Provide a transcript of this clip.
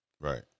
Right